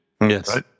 Yes